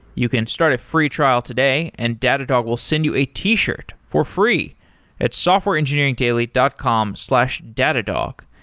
you can start a free trial today and datadog will send you a t-shirt for free at softwareengineeringdaily dot com slash datadog.